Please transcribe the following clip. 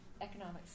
economics